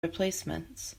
replacements